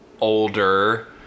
older